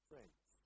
Friends